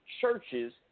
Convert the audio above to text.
churches